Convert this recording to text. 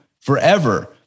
forever